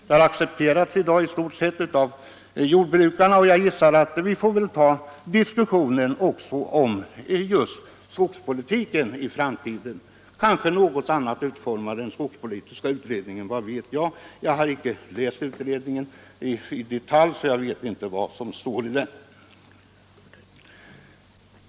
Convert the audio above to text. Detta har i dag i stort sett accepterats av jordbrukarna, och jag gissar att vi får ta upp en diskussion också om skogspolitiken i framtiden — kanske något annorlunda utformad än vad skogspolitiska utredningen har skisserat den; vad vet jag. Jag har inte läst utredningen i detalj och känner därför inte närmare till vad som står i den.